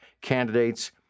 candidates